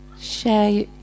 share